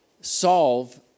solve